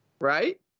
Right